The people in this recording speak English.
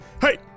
Hey